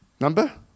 Number